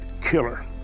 killer